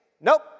Nope